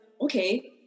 okay